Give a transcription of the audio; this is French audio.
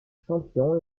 champions